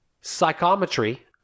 Psychometry